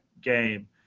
game